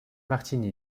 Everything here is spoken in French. martigny